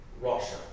Russia